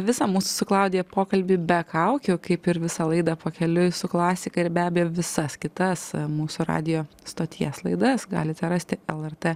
visą mūsų su klaudija pokalbį be kaukių kaip ir visą laidą pakeliui su klasika ir be abejo visas kitas mūsų radijo stoties laidas galite rasti lrt